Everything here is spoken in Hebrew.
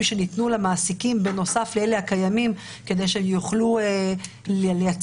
שניתנו למעסיקים בנוסף לאלה הקיימים כדי שהם יוכלו לייצר